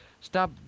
stop